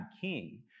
king